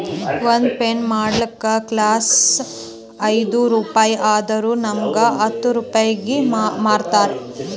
ಒಂದ್ ಪೆನ್ ಮಾಡ್ಲಕ್ ಕಾಸ್ಟ್ ಐಯ್ದ ರುಪಾಯಿ ಆದುರ್ ನಮುಗ್ ಹತ್ತ್ ರೂಪಾಯಿಗಿ ಮಾರ್ತಾರ್